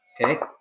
Okay